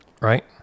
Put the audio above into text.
right